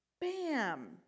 bam